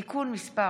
(תיקון מס'